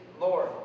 Lord